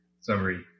summary